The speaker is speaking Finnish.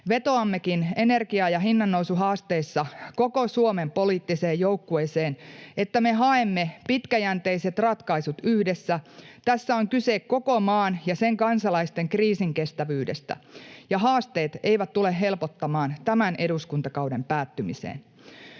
Vetoammekin energia- ja hinnannousuhaasteissa koko Suomen poliittiseen joukkueeseen, että me haemme pitkäjänteiset ratkaisut yhdessä. Tässä on kyse koko maan ja sen kansalaisten kriisinkestävyydestä, ja haasteet eivät tule helpottamaan tämän eduskuntakauden päättymiseen.